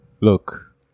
look